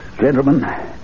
Gentlemen